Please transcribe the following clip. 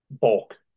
bulk